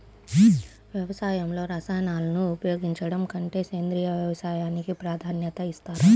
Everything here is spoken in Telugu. వ్యవసాయంలో రసాయనాలను ఉపయోగించడం కంటే సేంద్రియ వ్యవసాయానికి ప్రాధాన్యత ఇస్తారు